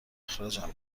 اخراجم